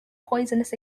poisonous